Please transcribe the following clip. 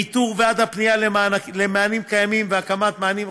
מאיתור ועד הפניה למענים קיימים והקמת מענים חסרים.